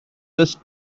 was